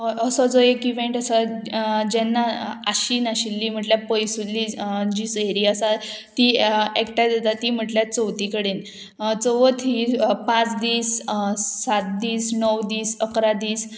अ असो जो एक इवेंट आसा जेन्ना आशी नाशिल्ली म्हटल्यार पयसुल्ली जी सोयरी आसा ती एकठांय जाता ती म्हटल्यार चवथी कडेन चवथ ही पांच दीस सात दीस णव दीस अकरा दीस